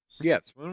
Yes